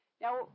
Now